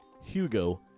Hugo